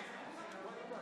ימשיך כבודו.